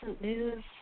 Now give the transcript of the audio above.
news